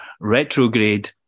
retrograde